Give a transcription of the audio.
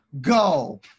go